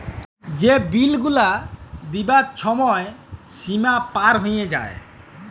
যে বিল গুলা দিয়ার ছময় সীমা পার হঁয়ে যায়